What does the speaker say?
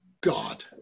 God